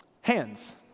hands